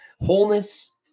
Wholeness